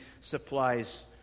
supplies